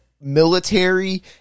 military